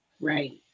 right